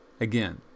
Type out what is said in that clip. again